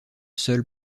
seuls